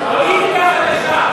פוליטיקה חדשה.